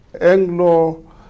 Anglo